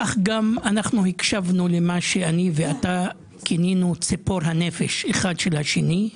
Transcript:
כך גם אנחנו הקשבנו למה שאתה ואני כינינו ציפור הנפש האחד של השני.